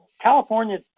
California